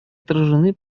отражены